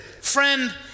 Friend